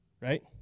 right